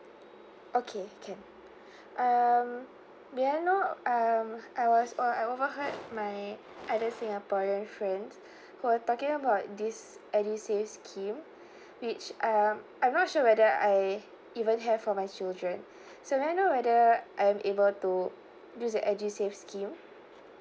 okay can um may I know um I was uh I overheard my other singaporean friends who were talking about this edusave scheme which um I'm not sure whether I even have for my children so may I know whether I'm able to use the edusave scheme